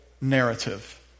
narrative